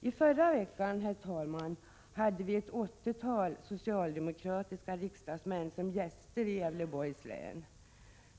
I förra veckan, herr talman, hade vi ett 80-tal socialdemokratiska riksdagsmän som gäster i Gävleborgs län.